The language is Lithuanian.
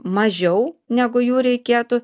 mažiau negu jų reikėtų